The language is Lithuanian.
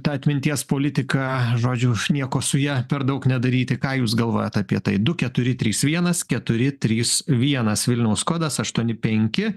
ta atminties politika žodžiu nieko su ja per daug nedaryti ką jūs galvojat apie tai du keturi trys vienas keturi trys vienas vilniaus kodas aštuoni penki